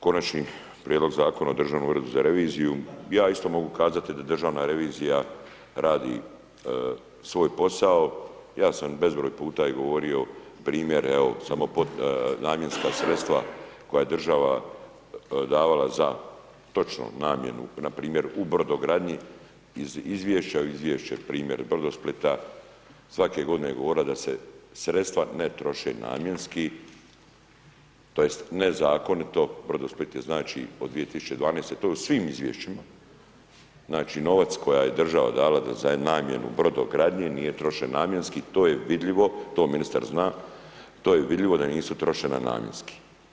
Konačni prijedlog Zakona o Državnom uredu za reviziju, ja isto mogu kazati da državna revizija radi svoj posao, ja sam bezbroj puta i govorio primjer, evo, samo pod namjenska sredstva koja država davala za točno namjenu npr. u brodogradnji iz izvješća, izvješće, primjer Brodosplita, svake godine je govorila da se sredstva ne troše namjenski, tj. nezakonito, Brodosplit je znači od 2012., to je u svim izvješćima, dakle, novac koji je država dala za namjenu brodogradnje nije trošen namjenski, to je vidljivo, to ministar zna, to je vidljivo da nisu trošena namjenski.